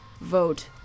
vote